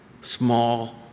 small